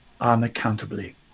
unaccountably